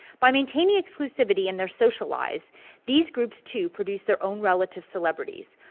by maintaining exclusivity in their social lives these groups too produce their own relative celebrities.